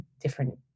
different